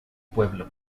pueblo